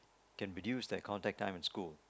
can reduce their contact time in school